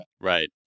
Right